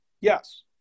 yes